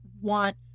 want